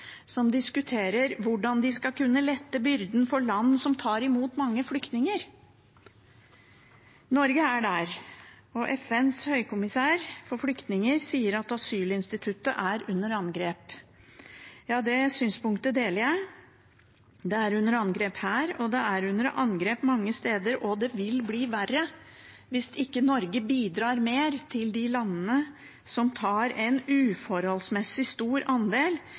diskuterer hvordan de skal kunne lette byrden for land som tar imot mange flyktninger. Norge er der. FNs høykommissær for flyktninger sier at asylinstituttet er under angrep. Det synspunktet deler jeg. Det er under angrep her, og det er under angrep mange steder. Det vil bli verre hvis ikke Norge bidrar mer til de landene som tar en uforholdsmessig stor andel.